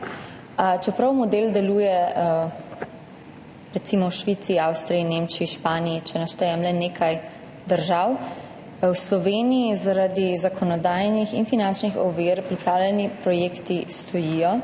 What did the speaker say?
Čeprav model deluje recimo v Švici, Avstriji, Nemčiji, Španiji, če naštejem le nekaj držav, v Sloveniji zaradi zakonodajnih in finančnih ovir pripravljeni projekti stojijo,